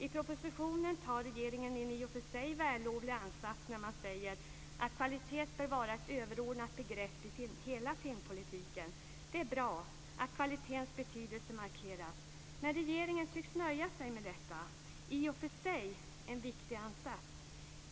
I propositionen gör regeringen en i och för sig vällovlig ansats när man säger att kvalitet bör vara ett överordnat begrepp i hela filmpolitiken. Det är bra att kvalitetens betydelse markeras. Men regeringen tycks nöja sig med denna, i och för sig viktiga, ansats.